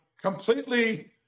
completely